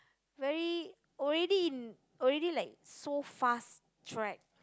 very already in already like so fast track